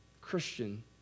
Christian